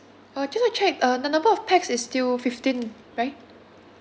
uh just want to check uh the number of pax is still fifteen right